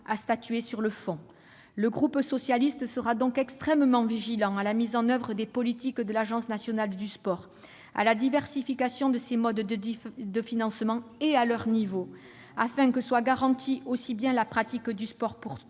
statuer sur le fond. Le groupe socialiste sera donc extrêmement vigilant quant à la mise en oeuvre des politiques de l'Agence nationale du sport, à la diversification de ses modes de financement et à leur niveau, afin que soient garanties aussi bien la pratique du sport pour